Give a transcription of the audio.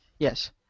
Yes